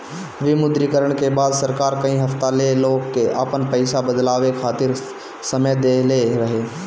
विमुद्रीकरण के बाद सरकार कई हफ्ता ले लोग के आपन पईसा बदलवावे खातिर समय देहले रहे